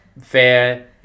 fair